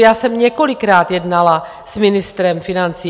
Já jsem několikrát jednala s ministrem financí.